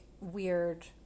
weird